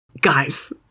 Guys